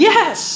Yes